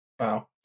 Wow